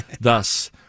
thus